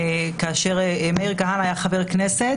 כאשר מאיר כהנא היה חבר כנסת,